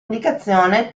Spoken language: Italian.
indicazione